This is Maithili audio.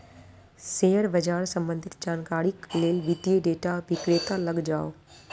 शेयर बाजार सम्बंधित जानकारीक लेल वित्तीय डेटा विक्रेता लग जाऊ